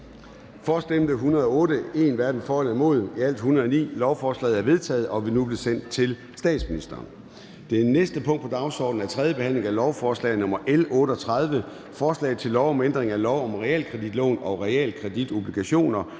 Mathiesen (UFG)), hverken for eller imod stemte 0. Lovforslaget er vedtaget og vil nu blive sendt til statsministeren. --- Det næste punkt på dagsordenen er: 5) 3. behandling af lovforslag nr. L 41: Forslag til lov om ændring af lov om midlertidig opholdstilladelse